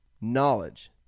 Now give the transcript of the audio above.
knowledge